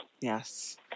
Yes